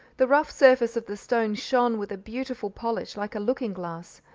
the rough surface of the stone shone with a beautiful polish like a looking-glass,